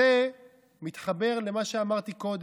זה מתחבר למה שאמרתי קודם,